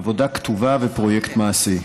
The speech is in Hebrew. עבודה כתובה ופרויקט מעשי.